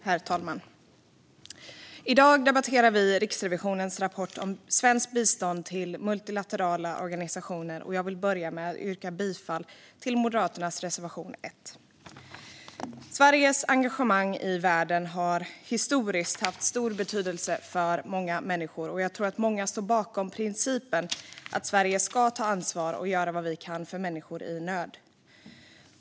Herr talman! I dag debatterar vi Riksrevisionens rapport om svenskt bistånd till multilaterala organisationer, och jag vill börja med att yrka bifall till Moderaternas reservation 1. Sveriges engagemang i världen har historiskt haft stor betydelse för många människor. Och jag tror att många står bakom principen att Sverige ska ta ansvar och göra vad vi kan för människor i nöd.